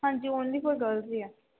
ਹਾਂਜੀ only four girls ਲਈ ਆ